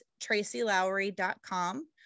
TracyLowry.com